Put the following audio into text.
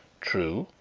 true,